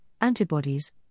antibodies